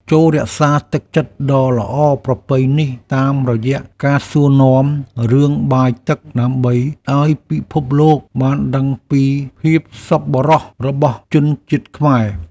ចូររក្សាទឹកចិត្តដ៏ល្អប្រពៃនេះតាមរយៈការសួរនាំរឿងបាយទឹកដើម្បីឱ្យពិភពលោកបានដឹងពីភាពសប្បុរសរបស់ជនជាតិខ្មែរ។